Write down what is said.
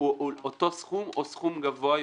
הוא אותו סכום או סכום גבוה יותר.